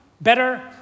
better